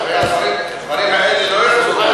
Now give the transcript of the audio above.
אולי זה משפיע,